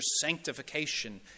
sanctification